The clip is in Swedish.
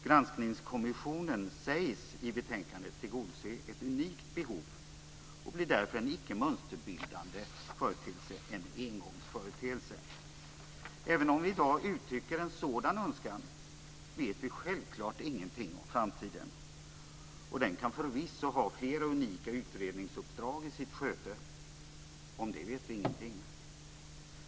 Granskningskommissionen sägs i betänkandet tillgodose ett unikt behov och blir därför en icke mönsterbildande företeelse, en engångsföreteelse. Även om vi i dag uttrycker en sådan önskan, vet vi självklart ingenting om framtiden. Den kan förvisso ha flera unika utredningsuppdrag i sitt sköte. Om det vet vi ingenting.